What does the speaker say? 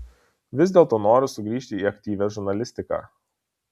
vis dėlto noriu sugrįžti į aktyvią žurnalistiką